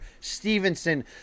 Stevenson